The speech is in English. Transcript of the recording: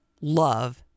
love